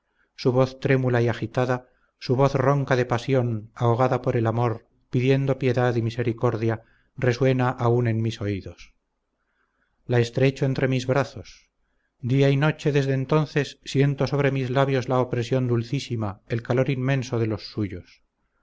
voz trémula y agitada su voz ronca de pasión ahogada por el amor pidiendo piedad y misericordia resuena aún en mis oídos la estrecho entre mis brazos día y noche desde entonces siento sobre mis labios la opresión dulcísima el calor inmenso de los suyos